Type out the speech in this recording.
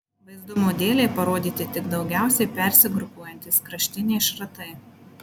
vaizdumo dėlei parodyti tik daugiausiai persigrupuojantys kraštiniai šratai